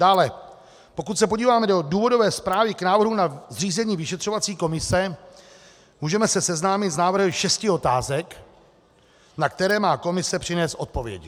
Dále, pokud se podíváme do důvodové zprávy k návrhu na zřízení vyšetřovací komise, můžeme se seznámit s návrhy šesti otázek, na které má komise přinést odpovědi.